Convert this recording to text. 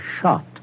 shot